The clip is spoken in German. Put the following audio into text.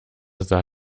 sah